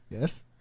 Yes